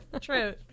true